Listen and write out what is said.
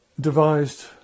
devised